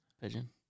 Pigeon